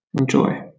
enjoy